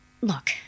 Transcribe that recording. look